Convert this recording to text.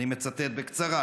אני מצטט בקצרה,